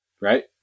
Right